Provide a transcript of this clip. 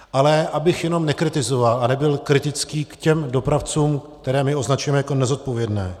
Ale abych jenom nekritizoval a nebyl kritický k těm dopravcům, které my označujeme jako nezodpovědné.